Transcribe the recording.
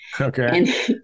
Okay